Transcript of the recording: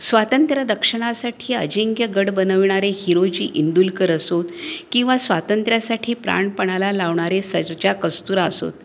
स्वातंत्र्य रक्षणासाठी अजिंक्य गड बनविणारे हिरोजी इंदुलकर असोत किंवा स्वातंत्र्यासाठी प्राण पणाला लावणारे सर्जा कस्तूरा असोत